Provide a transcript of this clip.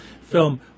film